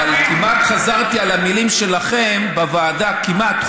אבל כמעט חזרתי על המילים שלכם בוועדה, כמעט.